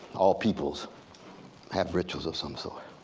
all peoples have rituals of some sort